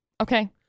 okay